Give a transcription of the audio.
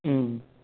ꯎꯝ